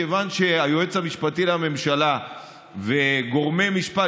כיוון שהיועץ המשפטי לממשלה וגורמי משפט